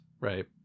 right